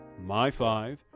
myfive